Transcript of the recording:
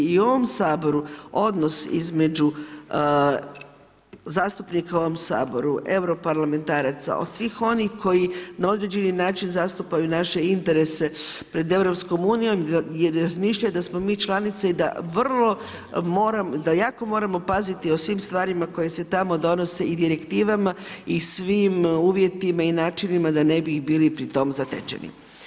I u ovom Saboru odnos između zastupnika u ovom Saboru, europarlamentaraca, od svih onih koji na određeni način zastupaju naše interese pred EU jer razmišljaju da smo mi članica i da vrlo, da jako moramo paziti o svim stvarima koje se tamo donose i direktivama i svim uvjetima i načinima da ne bi bili pritom zatečeni.